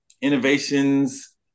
innovations